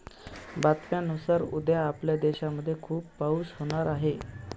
बातम्यांनुसार उद्या आपल्या देशामध्ये खूप पाऊस होणार आहे